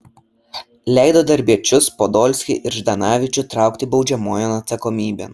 leido darbiečius podolskį ir ždanavičių traukti baudžiamojon atsakomybėn